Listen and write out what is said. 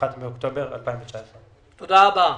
1 באוקטובר 2019. תודה רבה.